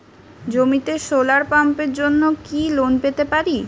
জমিতে সোলার পাম্পের জন্য কি লোন পেতে পারি?